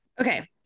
okay